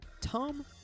Tom